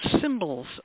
symbols